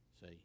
say